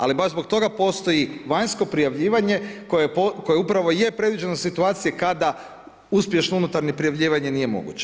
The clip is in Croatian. Ali baš zbog toga postoji vanjsko prijavljivanje koje upravo je predviđeno za situacije kada uspješno unutarnje prijavljivanje nije moguće.